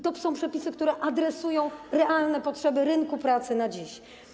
To są przepisy, które adresują realne potrzeby rynku pracy na dziś.